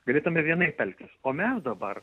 galėtume vienaip elgtis o mes dabar